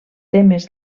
termes